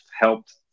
helped